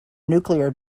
nuclear